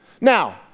Now